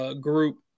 group